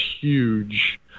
huge